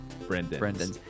Brendan